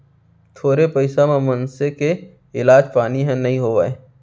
थोरे पइसा म मनसे के इलाज पानी ह नइ होवय